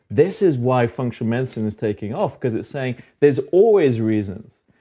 this is why functional medicine is taking off cause it's saying, there's always reasons.